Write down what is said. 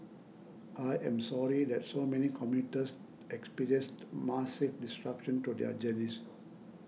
I am sorry that so many commuters experienced massive disruptions to their journeys